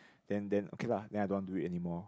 then then okay lah then I don't want do it anymore